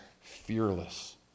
fearless